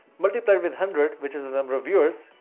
multiply with a hundred, which is the number of viewers,